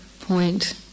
point